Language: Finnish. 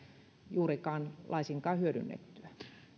juuri laisinkaan hyödynnettyä